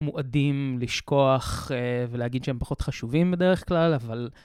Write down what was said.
מועדים לשכוח ולהגיד שהם פחות חשובים בדרך כלל, אבל...